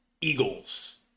Eagles